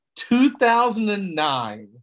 2009